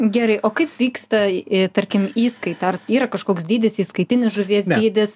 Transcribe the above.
gerai o kaip vyksta tarkim įskaita ar yra kažkoks dydis įskaitinis žuvies dydis